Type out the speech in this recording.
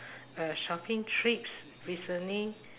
uh shopping trips recently